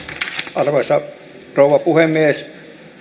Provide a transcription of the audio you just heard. arvoisa rouva puhemies